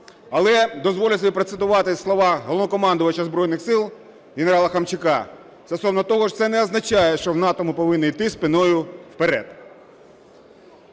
Але дозволю собі процитувати слова Головнокомандувача Збройних Сил генерала Хомчака стосовно того, що це не означає, що в НАТО ми повинні йти спиною вперед.